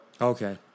Okay